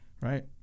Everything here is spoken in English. right